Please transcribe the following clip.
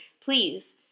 please